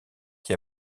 qui